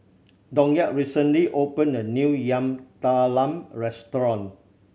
Donat recently opened a new Yam Talam restaurant